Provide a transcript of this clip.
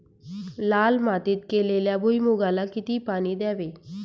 लाल मातीत केलेल्या भुईमूगाला किती पाणी द्यावे?